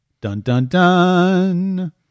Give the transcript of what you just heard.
Dun-dun-dun